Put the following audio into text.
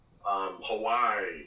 Hawaii